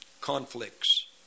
conflicts